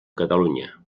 catalunya